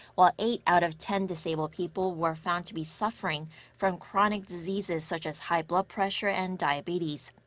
while eight out of ten disabled people were found to be suffering from chronic diseases such as high blood pressure and diabetes.